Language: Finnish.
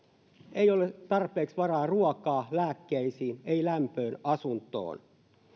ei ole tarpeeksi varaa ruokaan lääkkeisiin ei lämpöön asuntoon